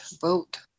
vote